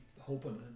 hoping